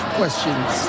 questions